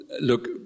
Look